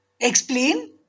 Explain